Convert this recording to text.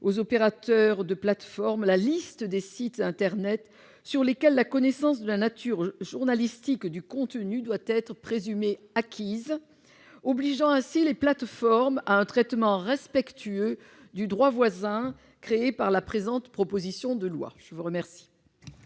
aux opérateurs de plateforme la liste des sites internet à propos desquels la connaissance de la nature journalistique du contenu doit être présumée acquise, obligeant ainsi les plateformes à un traitement respectueux du droit voisin créé par la présente proposition de loi. Quel